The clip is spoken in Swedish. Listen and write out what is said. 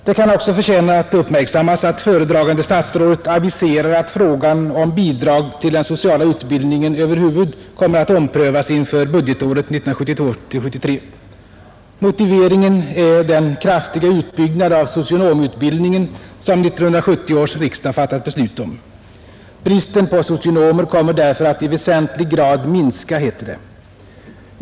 Det kan också förtjäna att uppmärksammas att föredragande statsrådet aviserar att frågan om bidrag till den sociala utbildningen över huvud kommer att omprövas inför budgetåret 1972/73. Motiveringen är den kraftiga utbyggnad av socionomutbildningen som 1970 års riksdag fattat beslut om. Bristen på socionomer kommer därför att i väsentlig grad minska, heter det.